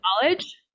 college